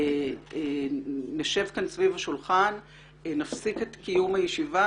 נפסיק את קיום הישיבה,